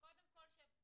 קודם כל שבסיכום,